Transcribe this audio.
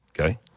Okay